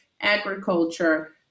agriculture